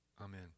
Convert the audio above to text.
Amen